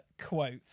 quote